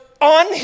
on